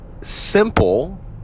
simple